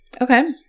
Okay